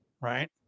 Right